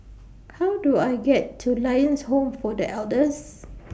How Do I get to Lions Home For The Elders